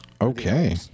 okay